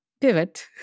pivot